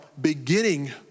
beginning